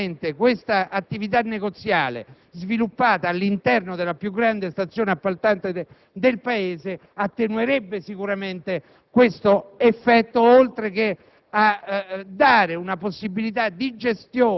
perché queste risorse sono sottratte a qualcos'altro. Una grande stazione appaltante ha molte possibilità in più di attenuare gli effetti negativi